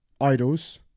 Idols